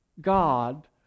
God